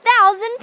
thousand